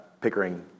Pickering –